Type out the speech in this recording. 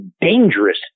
dangerous